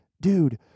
dude